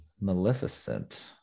Maleficent